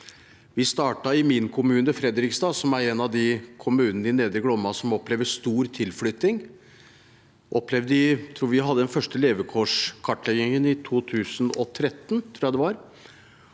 Vi startet i min kommune, Fredrikstad, som er en av de kommunene i Nedre Glomma som opplever stor tilflytting. Jeg tror vi hadde den første levekårskartleggingen i 2013. Da var det en